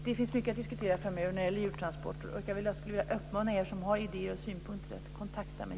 Det finns mycket att diskutera framöver när det gäller djurtransporter. Jag skulle vilja uppmana er som har idéer och synpunkter att kontakta mig.